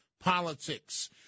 politics